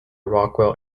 rockwell